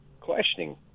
Questioning